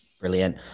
Brilliant